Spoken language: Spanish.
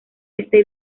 este